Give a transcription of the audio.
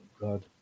God